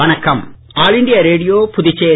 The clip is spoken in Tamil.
வணக்கம் ஆல் இண்டியா ரேடியோ புதுச்சேரி